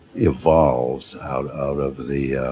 evolves out out of the,